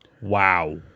Wow